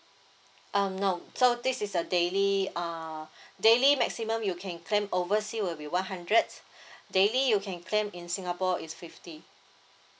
um no so this is a daily uh daily maximum you can claim overseas will be one hundred daily you can claim in singapore is fifty